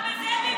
גם בזה ביבי אשם,